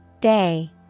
Day